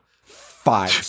five